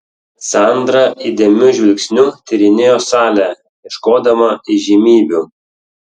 sandra įdėmiu žvilgsniu tyrinėjo salę ieškodama įžymybių